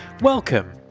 Welcome